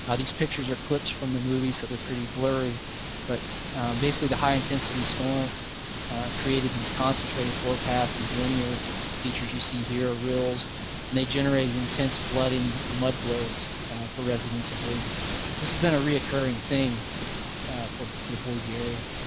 these pictures are clips from the movie so they're pretty blurry but basically the high-intensity storm created these concentrate flow paths. these linear features you see here are rills and they generated intense flooding and mud flows for residents of boise. so this has been a reoccurring thing for, for the boise area.